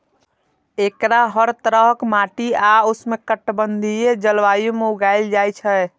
एकरा हर तरहक माटि आ उष्णकटिबंधीय जलवायु मे उगायल जाए छै